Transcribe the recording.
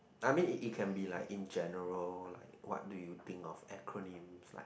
I mean it it can be like in general like what do you think of acronym like